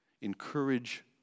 encourage